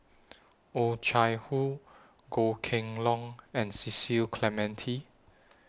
Oh Chai Hoo Goh Kheng Long and Cecil Clementi